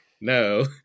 no